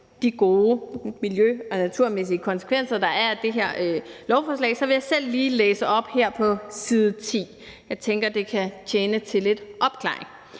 de gode miljø- og naturmæssige konsekvenser, der er af det her lovforslag, så jeg vil selv lige læse op her fra side 10. Jeg tænker, at det kan tjene til opklaring: